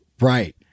right